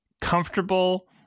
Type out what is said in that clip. comfortable